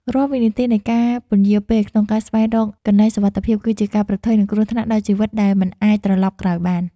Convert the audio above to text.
រាល់វិនាទីនៃការពន្យារពេលក្នុងការស្វែងរកកន្លែងសុវត្ថិភាពគឺជាការប្រថុយនឹងគ្រោះថ្នាក់ដល់ជីវិតដែលមិនអាចត្រឡប់ក្រោយបាន។